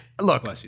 Look